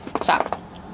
stop